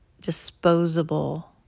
disposable